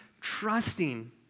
trusting